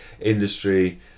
industry